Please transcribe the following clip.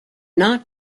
not